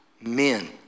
men